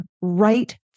right